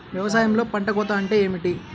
వ్యవసాయంలో పంట కోత అంటే ఏమిటి?